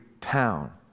town